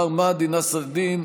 מר מהדי נסר אל-דין,